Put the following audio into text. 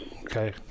Okay